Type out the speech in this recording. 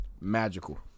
Magical